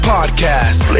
Podcast